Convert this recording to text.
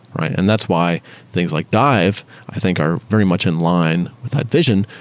right? and that's why things like dive i think are very much in-line with that vision,